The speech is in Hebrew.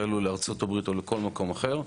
האלו לארצות הברית או לכל מקום אחר,